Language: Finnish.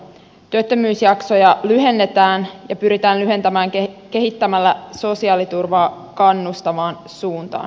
työttömyysjaksoja pyritään lyhentämään kehittämällä sosiaaliturvaa kannustavaan suuntaan